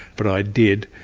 but i did.